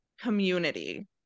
community